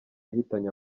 yahitanye